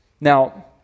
Now